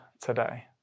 today